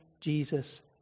Jesus